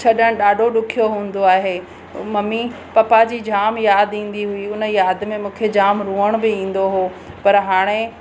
छॾणु ॾाढो ॾुखियो हूंदो आहे मम्मी पप्पा जी जाम यादि ईंदी हुई उन यादि में मूंखे जाम रोअण बि ईंदो हुओ पर हाणे